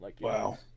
Wow